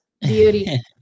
beauty